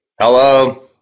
hello